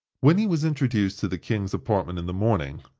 when he was introduced to the king's apartment in the morning,